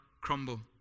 crumble